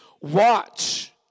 watch